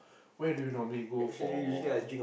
where do you normally go for